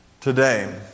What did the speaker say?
Today